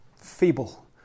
feeble